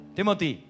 Timothy